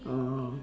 orh